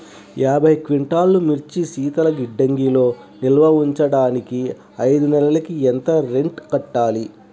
యాభై క్వింటాల్లు మిర్చి శీతల గిడ్డంగిలో నిల్వ ఉంచటానికి ఐదు నెలలకి ఎంత రెంట్ కట్టాలి?